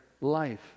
life